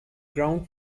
ground